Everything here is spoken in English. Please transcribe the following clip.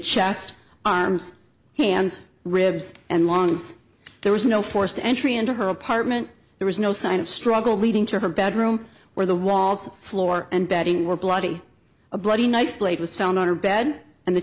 chest arms hands ribs and longs there was no forced entry into her apartment there was no sign of struggle leading to her bedroom where the walls floor and bedding were bloody a bloody knife blade was found on her bed and the